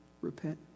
repent